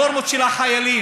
הנורמות של החיילים,